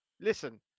Listen